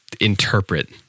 interpret